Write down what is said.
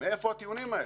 מאיפה הטיעונים האלה?